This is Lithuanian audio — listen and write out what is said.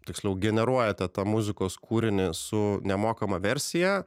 tiksliau generuojate tą muzikos kūrinį su nemokama versija